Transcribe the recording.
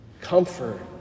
Comfort